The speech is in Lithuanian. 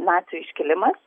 nacių iškilimas